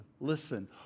listen